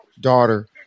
daughter